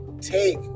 take